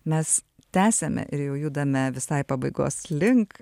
mes tęsiame ir jau judame visai pabaigos link